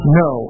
no